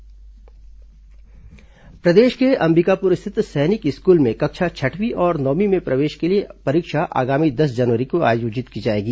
सैनिक स्कूल परीक्षा कृषि विवि प्रदेश के अंबिकापुर स्थित सैनिक स्कूल में कक्षा छठवीं और नवमीं में प्रवेश के लिए परीक्षा आगामी दस जनवरी को आयोजित की जाएगी